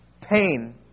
Pain